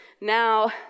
now